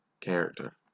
character